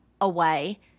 away